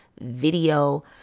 video